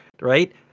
right